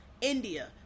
India